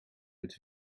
het